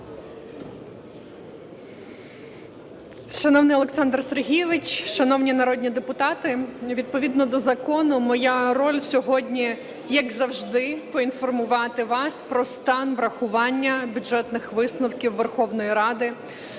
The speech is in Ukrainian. Шановний Олександр Сергійович, шановні народні депутати! Відповідно до закону моя роль сьогодні, як завжди, поінформувати вас про стан врахування Бюджетних висновків Верховної Ради